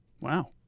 Wow